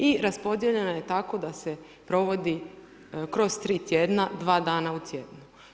I raspodijeljena je tako da se provodi kroz 3 tjedna, 2 dana u tjednu.